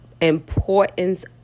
importance